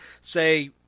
say